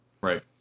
Right